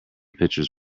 pictures